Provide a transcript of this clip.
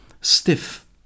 Stiff